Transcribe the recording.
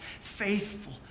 faithful